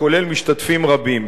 הכולל משתתפים רבים,